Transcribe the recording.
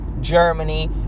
Germany